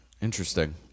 Interesting